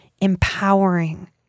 empowering